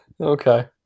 okay